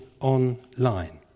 online